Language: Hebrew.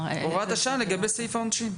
הוראת השעה לגבי סעיף העונשין.